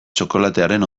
txokolatearen